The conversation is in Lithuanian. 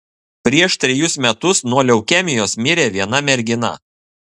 prieš trejus metus nuo leukemijos mirė viena mergina